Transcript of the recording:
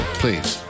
please